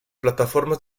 plataformas